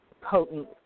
Potent